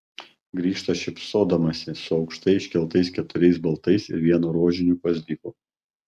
grįžta šypsodamasi su aukštai iškeltais keturiais baltais ir vienu rožiniu gvazdiku